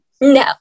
no